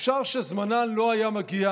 אפשר שזמנן לא היה מגיע